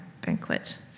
banquet